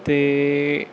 ਅਤੇ